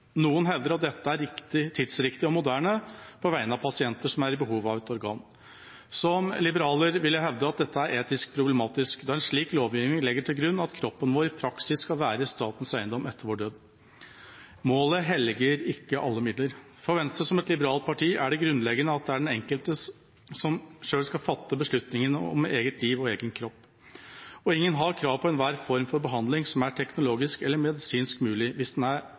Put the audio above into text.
Noen hevder at dette er tidsriktig og moderne på vegne av pasienter som har behov for et organ. Som liberaler vil jeg hevde at dette er etisk problematisk, da en slik lovgiving legger til grunn at kroppen vår i praksis skal være statens eiendom etter vår død. Målet helliger ikke alle midler. For Venstre som et liberalt parti, er det grunnleggende at det er den enkelte som selv skal fatte beslutningene om eget liv og egen kropp. Og ingen har krav på enhver form for behandling som er teknologisk eller medisinsk mulig, hvis den samtidig er